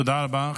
תודה רבה.